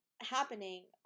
happening